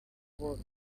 world